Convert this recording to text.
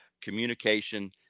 communication